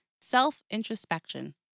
Self-introspection